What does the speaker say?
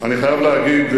אני חייב להגיד,